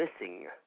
missing